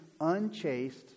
unchaste